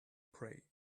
pray